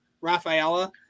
Rafaela